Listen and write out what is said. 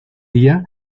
día